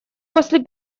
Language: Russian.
после